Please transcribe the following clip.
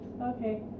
Okay